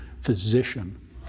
physician